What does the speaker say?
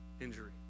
injury